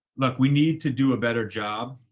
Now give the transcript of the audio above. look, we need to do a better job.